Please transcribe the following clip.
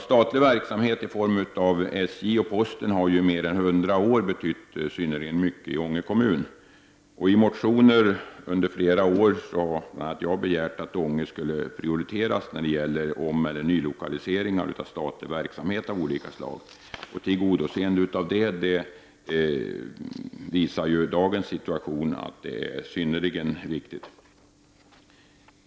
Statlig verksamhet inom SJ och posten har i mer än 100 år betytt oerhört mycket i Ånge kommun. I motioner under flera år har bl.a. jag begärt att Ånge skall prioriteras när det gäller omeller nylokalisering av statlig verksamhet av olika slag. Dagens situation visar att det är synnerligen viktigt att detta tillgodoses.